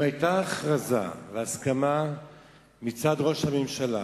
אם היתה הכרזה והסכמה מצד ראש הממשלה